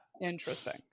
Interesting